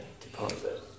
deposit